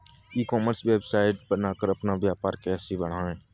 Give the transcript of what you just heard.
ई commerce website बनाकर अपना व्यापार कैसे बढ़ाएँ?